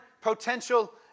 potential